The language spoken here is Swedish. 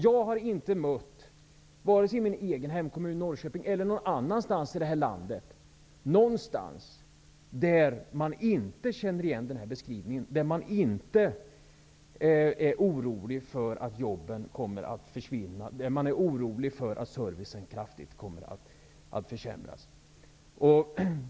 Jag har inte, vare sig i min egen hemkommun Norrköping eller någon annanstans i det här landet, mött någon som inte känner igen den här beskrivningen och som inte är orolig över att jobben kommer att försvinna och att servicen kraftigt kommer att försämras.